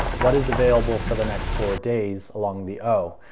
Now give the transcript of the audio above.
what is available for the next four days along the o?